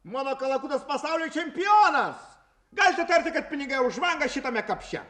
mano kalakutas pasaulio čempionas galite tarti kad pinigai už vangą šitame kapše